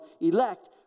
elect